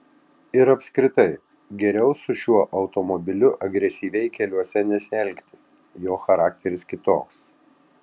ir apskritai geriau su šiuo automobiliu agresyviai keliuose nesielgti jo charakteris kitoks